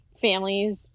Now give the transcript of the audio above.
families